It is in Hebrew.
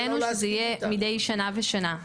לעמדתנו, אין חובה שזה יהיה מדי שנה ושנה.